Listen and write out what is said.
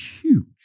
huge